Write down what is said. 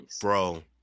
Bro